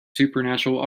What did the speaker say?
supernatural